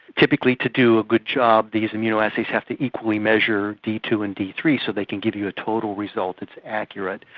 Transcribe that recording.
typically to do a good job these immunoassays have to equally measure d two and d three so they can give you a total result that's accurate.